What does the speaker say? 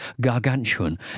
gargantuan